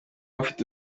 mfite